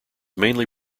mainly